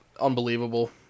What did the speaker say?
unbelievable